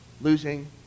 losing